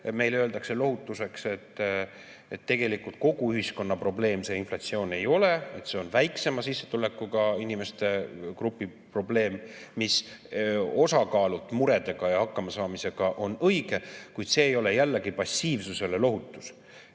Meile öeldakse lohutuseks, et tegelikult kogu ühiskonna probleem see inflatsioon ei ole, see on väiksema sissetulekuga inimeste probleem, mis osakaalult muredega hakkamasaamisel on õige, kuid see ei [õigusta] passiivsust.